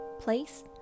Place